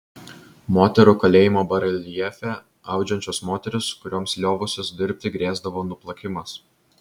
moterų kalėjimo bareljefe audžiančios moterys kurioms liovusis dirbti grėsdavo nuplakimas